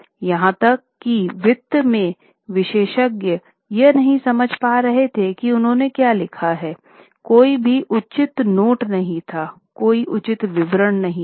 यहां तक कि वित्त में विशेषज्ञ यह नहीं समझ पाए कि उन्होंने वहां क्या लिखा है कोई भी उचित नोट नहीं था कोई उचित विवरण नहीं थे